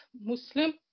Muslim